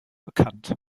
bekannt